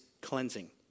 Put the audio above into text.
cleansing